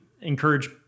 encourage